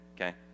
Okay